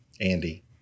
Andy